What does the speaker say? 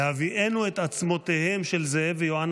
בהביאנו את עצמותיהם של זאב ויוענה